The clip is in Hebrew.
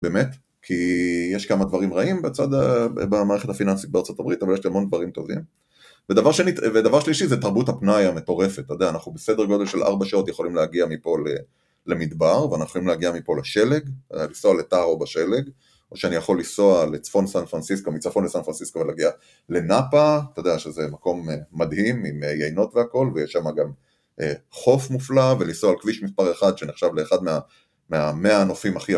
באמת, כי יש כמה דברים רעים בצד המערכת הפיננסית בארצות הברית, אבל יש גם המון דברים טובים. ודבר שני ודבר שלישי זה תרבות הפנאי המטורפת, אתה יודע, אנחנו בסדר גודל של 4 שעות יכולים להגיע מפה למדבר, ואנחנו יכולים להגיע מפה לשלג, לנסוע לטארו בשלג, או שאני יכול לנסוע לצפון סן פרנסיסקו, מצפון לסן פרנסיסקו ולהגיע לנאפה, אתה יודע שזה מקום מדהים עם יינות והכול, ויש שם גם חוף מופלא, ולנסוע על כביש מפאר אחד, שנחשב לאחד מהמאה הנופים הכי.